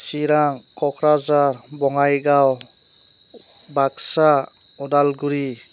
Chirang Kokrajhar Bongaigaon Baksa Udalguri